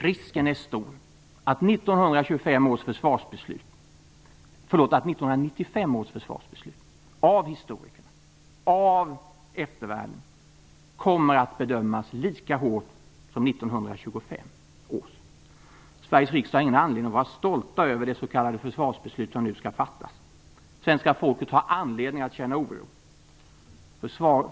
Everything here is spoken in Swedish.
Risken är stor att 1995 års försvarsbeslut av eftervärlden och av historikerna kommer att bedömas lika hårt som 1925 års. Sverige riksdag har ingen anledning att vara stolt över det s.k. försvarsbeslut som nu skall fattas. Svenska folket har anledning att känna oro.